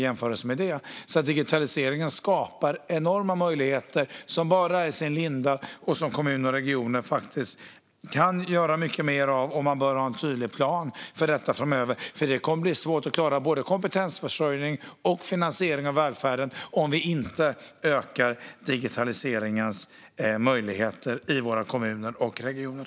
Svar på interpellationer Digitaliseringen skapar enorma möjligheter, och det här är bara i sin linda. Kommuner och regioner kan faktiskt göra mycket mer av detta, och man bör ha en tydlig plan för det framöver. Det kommer nämligen att bli svårt att klara både kompetensförsörjning och finansiering av välfärden om vi inte ökar digitaliseringen i våra kommuner och regioner.